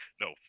no